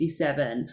1967